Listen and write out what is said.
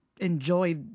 enjoy